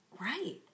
right